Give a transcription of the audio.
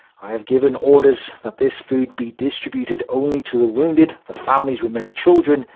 i have given orders that this food be distributed only to the wounded, the families with many children,